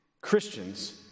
Christians